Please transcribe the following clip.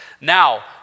Now